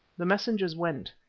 the messengers went.